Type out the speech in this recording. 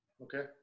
Okay